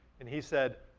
and he said,